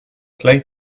play